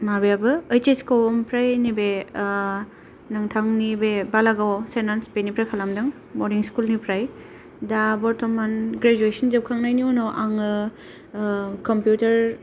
माबायाबो ओइस एस खौ ओमफ्राय नैबे नोंथांनि बे बालागाव सेन्ट आन्स बेनिफ्राय खालामदों बर्डिं स्कूलनिफ्राय दा बर्तमान ग्रेजुएशन जोबखांनायनि उनाव आंङो कमपिउटार